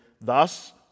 thus